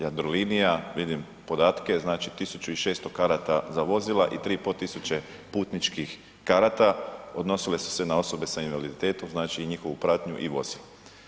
Jadrolinija, vidim podatke, znači 1600 karata za vozila i 3500 putničkih karata odnosile su se na osobe sa invaliditetom, znači i njihovu pratnju i vozila.